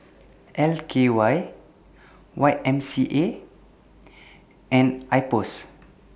L K Y Y M C A and Ipos